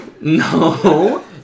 No